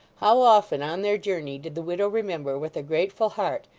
how often, on their journey, did the widow remember with a grateful heart,